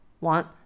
Want